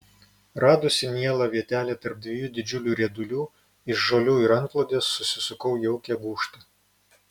radusi mielą vietelę tarp dviejų didžiulių riedulių iš žolių ir antklodės susisukau jaukią gūžtą